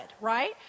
right